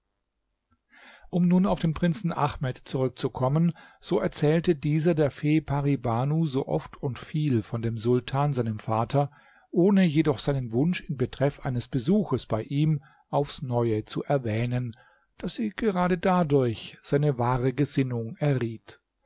um nun auf den prinzen ahmed zurückzukommen so erzählte dieser der fee pari banu so oft und viel von dem sultan seinem vater ohne jedoch seinen wunsch in betreff eines besuchs bei ihm aufs neue zu erwähnen daß sie gerade dadurch seine wahre gesinnung erriet